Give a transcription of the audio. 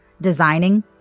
designing